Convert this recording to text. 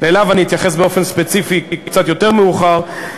אליו אתייחס באופן יותר ספציפי קצת יותר מאוחר,